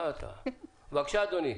בבקשה, אדוני.